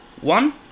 one